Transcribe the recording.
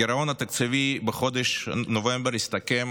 הגירעון התקציבי בחודש נובמבר הסתכם